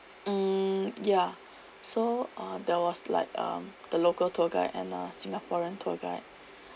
mm ya so uh there was like um the local tour guide and a singaporean tour guide